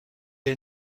est